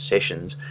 sessions